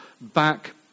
back